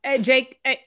jake